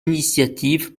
initiatives